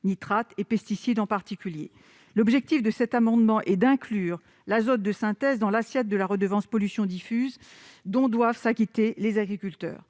nitrates et les pesticides. L'objet de cet amendement est d'inclure l'azote de synthèse dans l'assiette de la redevance pollution diffuse dont doivent s'acquitter les agriculteurs.